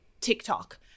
tiktok